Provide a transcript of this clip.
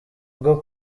bwo